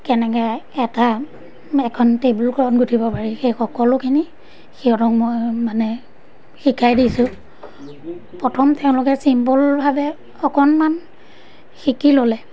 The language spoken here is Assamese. কেনেকৈ এটা এখন টেবুল ক্লথ গুঠিব পাৰি সেই সকলোখিনি সিহঁতক মই মানে শিকাই দিছোঁ প্ৰথম তেওঁলোকে ছিম্পলভাৱে অকণমান শিকি ল'লে